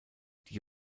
die